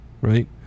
right